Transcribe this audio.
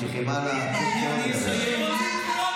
לפני כמה חודשים היינו